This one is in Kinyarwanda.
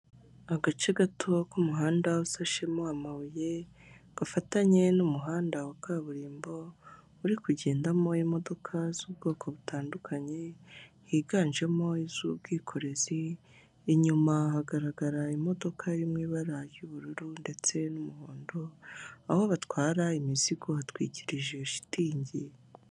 Agace gato k'umuhanda usashemo amabuye gafatanye n'umuhanda wa kaburimbo uri kugendamo imodoka z'ubwoko butandukanye higanjemo iz'ubwikorezi, inyuma hagaragara imodoka iri mu ibara y'ubururu ndetse n'umuhondo aho batwara imizigo batwikirije shitingi.